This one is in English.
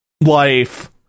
Life